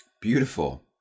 Beautiful